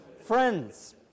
Friends